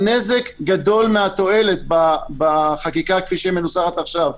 הנזק גדול מהתועלת בחקיקה כפי שהיא מנוסחת עכשיו.